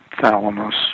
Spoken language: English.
thalamus